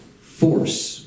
force